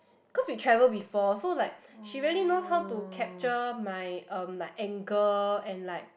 because we travel before so like she really knows how to capture my um my like angle and like